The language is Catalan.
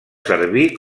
servir